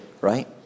right